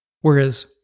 Whereas